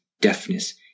deafness